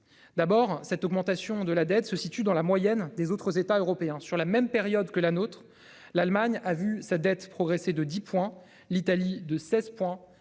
D'abord cette augmentation de la dette se situe dans la moyenne des autres États européens sur la même période que la nôtre. L'Allemagne a vu sa dette progressé de 10. L'Italie de 16.